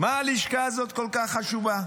מה הלשכה הזאת כל כך חשובה?